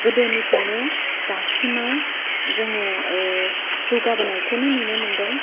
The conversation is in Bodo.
गोदोनिफ्रायनो दासिमाव जोङो जौगाबोनायखौनो नुनो मोनदों